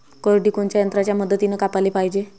करडी कोनच्या यंत्राच्या मदतीनं कापाले पायजे?